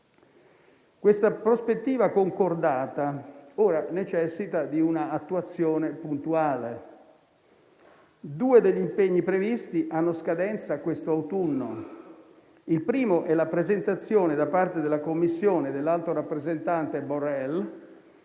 Questa prospettiva concordata ora necessita di una attuazione puntuale. Due degli impegni previsti hanno scadenza questo autunno: il primo è la presentazione da parte della Commissione e dell'alto rappresentante Borrell,